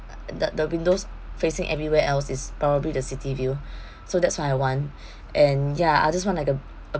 uh the the windows facing everywhere else is probably the city view so that's what I want and ya I just want like a a